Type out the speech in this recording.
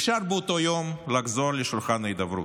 אפשר באותו יום לחזור לשולחן ההידברות.